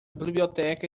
biblioteca